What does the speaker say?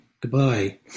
Goodbye